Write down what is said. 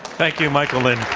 thank you, michael lind.